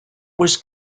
was